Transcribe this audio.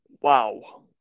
Wow